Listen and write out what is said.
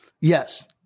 Yes